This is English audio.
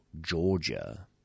Georgia